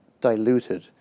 diluted